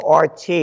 RT